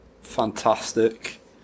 fantastic